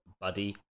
buddy